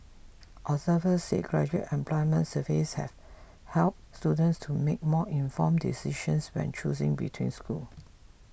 observers said graduate employments surveys help help students to make more informed decisions when choosing between schools